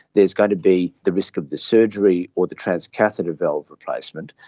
there's going to be the risk of the surgery or the transcatheter valve replacement,